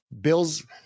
Bill's